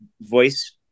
voice